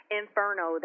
inferno